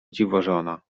dziwożona